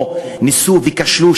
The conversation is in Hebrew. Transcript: או שניסו וכשלו,